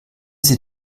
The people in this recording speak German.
sie